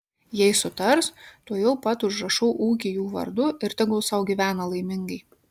jei sutars tuojau pat užrašau ūkį jų vardu ir tegul sau gyvena laimingai